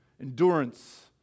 endurance